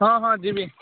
ହଁ ହଁ ଯିବି